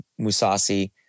musasi